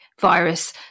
virus